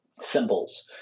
symbols